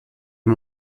est